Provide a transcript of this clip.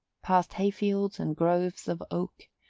past hay-fields and groves of oak,